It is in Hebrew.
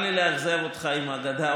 מי פגע בי?